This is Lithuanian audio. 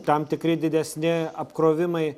tam tikri didesni apkrovimai